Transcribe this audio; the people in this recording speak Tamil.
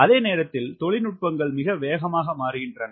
அதே நேரத்தில் தொழில்நுட்பங்கள் மிக வேகமாக மாறுகின்றன